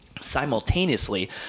simultaneously